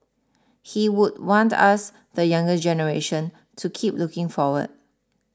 he would want us the younger generation to keep looking forward